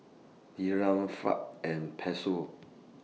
Dirham Franc and Peso